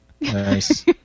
Nice